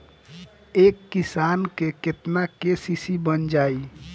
एक किसान के केतना के.सी.सी बन जाइ?